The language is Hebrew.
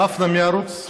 דפנה מערוץ 2,